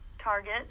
Target